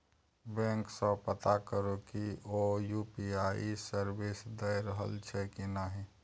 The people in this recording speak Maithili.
बैंक सँ पता करु कि ओ यु.पी.आइ सर्विस दए रहल छै कि नहि